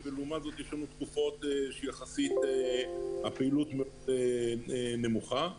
לעומת תקופות שבהן הפעילות יחסית נמוכה.